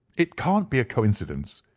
it can't be a coincidence,